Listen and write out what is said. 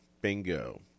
bingo